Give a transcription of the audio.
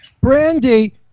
Brandy